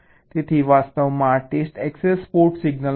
તેથી વાસ્તવમાં આ ટેસ્ટ એક્સેસ પોર્ટ સિગ્નલો હશે